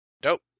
Dope